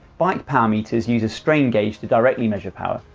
bike power meters use a strain gauge to directly measure power,